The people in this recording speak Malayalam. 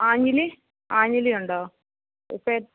ആഞ്ഞിലി ആഞ്ഞിലി ഉണ്ടോ ഇപ്പം എ